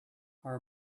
our